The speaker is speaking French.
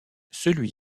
celui